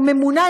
או ממונָה,